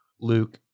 Luke